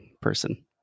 person